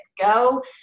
go